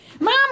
Mom